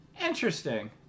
Interesting